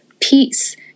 peace